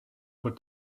put